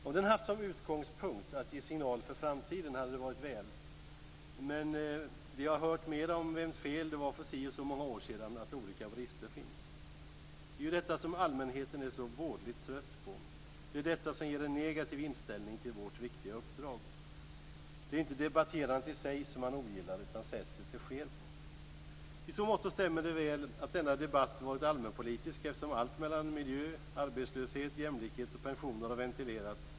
Om den haft som utgångspunkt att ge signaler för framtiden hade det varit väl. Men vi har hört mera om vems fel det vara för si och så många år sedan att olika brister finns. Det är detta som allmänheten är så vådligt trött på. Det är detta som ger en negativ inställning till vårt viktiga uppdrag. Det är inte debatterandet i sig som man ogillar utan sättet det sker på. I så måtto stämmer det väl att denna debatt har varit allmänpolitisk, eftersom allt mellan miljö, arbetslöshet, jämlikhet och pensioner har ventilerats.